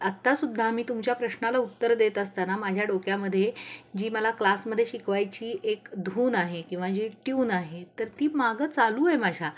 आत्तासुद्धा मी तुमच्या प्रश्नाला उत्तर देत असताना माझ्या डोक्यामध्ये जी मला क्लासमध्ये शिकवायची एक धून आहे किंवा जी ट्यून आहे तर ती मागं चालू आहे माझ्या